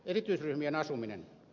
erityisryhmien asuminen